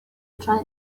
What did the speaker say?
try